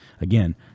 again